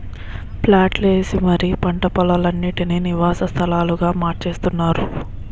ప్లాట్లు ఏసి మరీ పంట పోలాలన్నిటీనీ నివాస స్థలాలుగా మార్చేత్తున్నారు